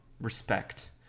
respect